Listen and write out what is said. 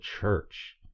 church